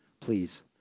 Please